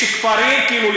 שיש כפרים כאילו,